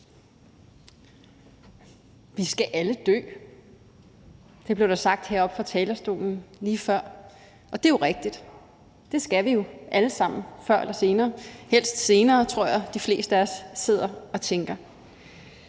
Vi skal alle dø. Det blev der sagt heroppe fra talerstolen lige før, og det er jo rigtigt. Det skal vi jo alle sammen før eller senere, helst senere, tror jeg de fleste af os sidder og tænker.